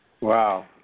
Wow